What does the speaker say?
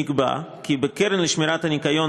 נקבע כי בקרן לשמירת הניקיון,